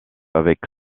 avec